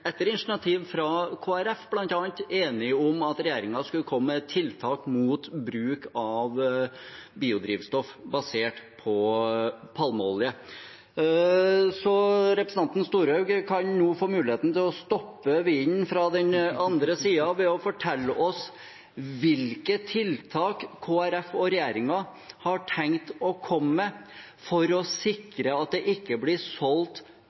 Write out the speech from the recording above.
etter initiativ fra Kristelig Folkeparti, bl.a., enige om at regjeringen skulle komme med tiltak mot bruk av biodrivstoff basert på palmeolje. Representanten Storehaug kan nå få muligheten til å stoppe vinden fra den andre siden ved å fortelle oss hvilke tiltak Kristelig Folkeparti og regjeringen har tenkt å komme med for å sikre at det ikke blir solgt